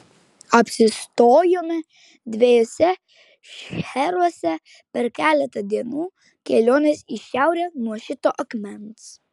apsistojome dviejuose šcheruose per keletą dienų kelionės į šiaurę nuo šito akmens